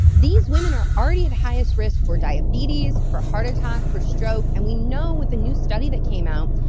these women are already at highest risk for diabetes, for heart attack, for stroke, and we know, with the new study that came out,